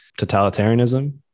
totalitarianism